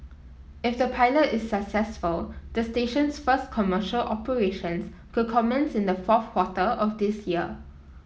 if the pilot is successful the station's first commercial operations could commence in the fourth quarter of this year